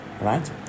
Right